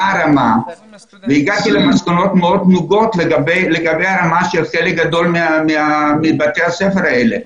מה הרמה והגעתי למסקנות מאוד נוגות לגבי חלק גדול מבתי הספר האלה.